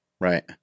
Right